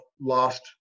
lost